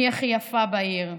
מי הכי יפה בעיר".